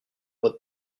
votre